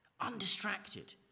undistracted